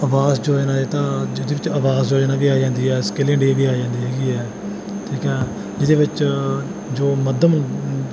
ਆਵਾਸ ਯੋਜਨਾ ਇਹ ਤਾਂ ਜਿਹਦੇ ਵਿੱਚ ਆਵਾਸ ਯੋਜਨਾ ਵੀ ਆ ਜਾਂਦੀ ਹੈ ਸਕਿੱਲ ਇੰਡੀਆ ਵੀ ਆ ਜਾਂਦੀ ਹੈਗੀ ਹੈ ਠੀਕ ਹੈ ਜਿਹਦੇ ਵਿੱਚ ਜੋ ਮੱਧਮ